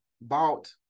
bought